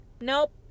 nope